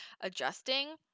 adjusting